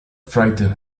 frighten